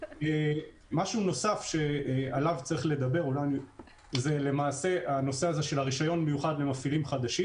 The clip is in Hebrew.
משהו נוסף שעליו צריך לדבר הוא הנושא של רישיון מיוחד למפעילים חדשים.